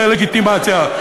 דה-לגיטימציה.